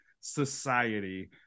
society